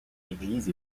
église